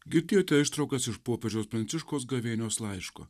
girdėjote ištraukas iš popiežiaus pranciškaus gavėnios laiško